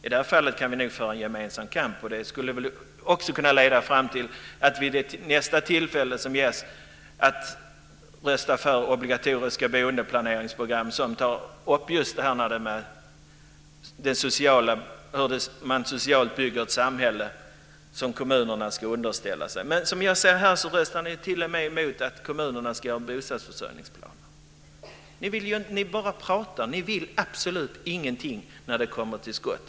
I det fallet kan vi nog föra en gemensam kamp, och det skulle också kunna leda fram till att man vid nästa tillfälle som ges röstar för obligatoriska boendeplaneringsprogram som tar upp just det här med hur man socialt bygger ett samhälle och som kommunerna ska underställa sig. Men som jag ser det röstar ni t.o.m. emot att kommunerna ska ha en bostadsförsörjningsplan. Ni bara pratar. Ni vill absolut ingenting när det kommer till skott.